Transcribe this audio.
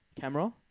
camera